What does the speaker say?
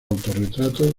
autorretrato